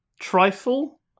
Trifle